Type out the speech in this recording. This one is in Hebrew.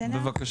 בסדר?